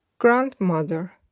Grandmother